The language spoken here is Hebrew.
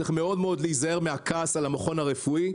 צריך להיזהר מאוד מן הכעס על המכון הרפואי,